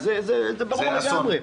תאונה, זה ברור לגמרי.